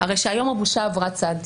הרי שהיום הבושה עברה צד.